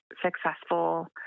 successful